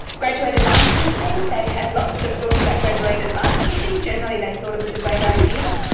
graduated licensing. they had lots of thoughts about graduated licensing. generally they thought it was a great idea.